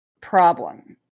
problem